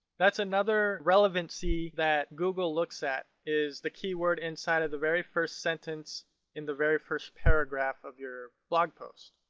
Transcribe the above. that's another relevancy that google looks at, is the keyword inside of the very first sentence in the very first paragraph of your blog post.